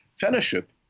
fellowship